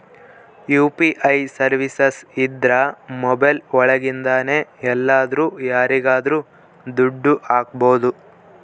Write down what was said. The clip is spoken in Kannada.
ಯು.ಪಿ.ಐ ಸರ್ವೀಸಸ್ ಇದ್ರ ಮೊಬೈಲ್ ಒಳಗಿಂದನೆ ಎಲ್ಲಾದ್ರೂ ಯಾರಿಗಾದ್ರೂ ದುಡ್ಡು ಹಕ್ಬೋದು